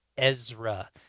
Ezra